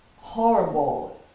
horrible